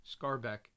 Scarbeck